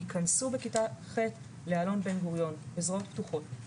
יכנסו בכיתה ח' לשלוחת בן גוריון בזרועות פתוחות.